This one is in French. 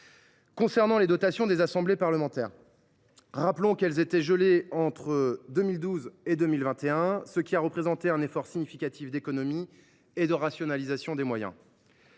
Concernant les dotations des assemblées parlementaires, rappelons qu’elles étaient gelées entre 2012 et 2021, ce qui a représenté un effort significatif d’économie et de rationalisation des moyens.